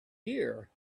year